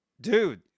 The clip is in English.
dude